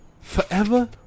forever